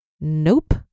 Nope